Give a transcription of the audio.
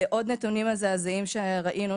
עוד נתונים מזעזעים שראינו,